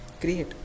create